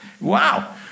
Wow